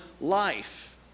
life